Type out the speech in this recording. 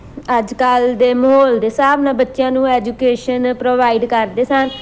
ਅੱਜ ਕੱਲ੍ਹ ਦੇ ਮਾਹੌਲ ਦੇ ਹਿਸਾਬ ਨਾਲ ਬੱਚਿਆਂ ਨੂੰ ਐਜੂਕੇਸ਼ਨ ਪ੍ਰੋਵਾਈਡ ਕਰਦੇ ਸਨ